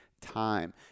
time